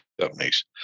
companies